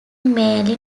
mainly